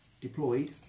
deployed